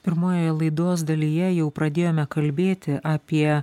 pirmojoje laidos dalyje jau pradėjome kalbėti apie